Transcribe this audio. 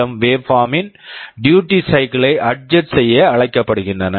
M PWM waveform waveform ன் duty cycle duty cycle ஐ adjust adjust செய்ய அழைக்கப்படுகின்றன